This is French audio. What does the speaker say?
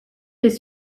des